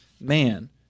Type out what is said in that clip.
man